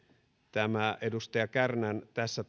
tämä edustaja kärnän tässä